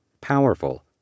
powerful